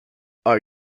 are